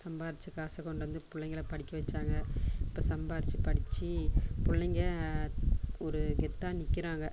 சம்பாரிச்சு காசு கொண்டு வந்து பிள்ளைங்கள படிக்க வச்சாங்க இப்போ சம்பாரிச்சு படிச்சி பிள்ளைங்க ஒரு கெத்தாக நிற்கிறாங்க